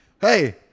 Hey